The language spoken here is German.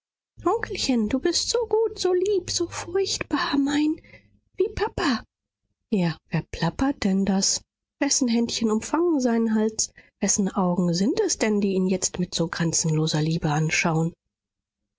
onkelchen du bist so gut so lieb so furchtbar mein wie papa ja wer plappert denn das wessen händchen umfangen seinen hals wessen augen sind es denn die ihn jetzt mit so grenzenloser liebe anschauen